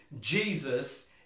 Jesus